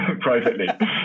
privately